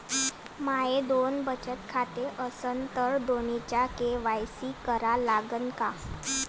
माये दोन बचत खाते असन तर दोन्हीचा के.वाय.सी करा लागन का?